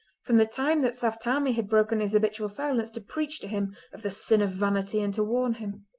from the time that saft tammie had broken his habitual silence to preach to him of the sin of vanity and to warn him.